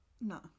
No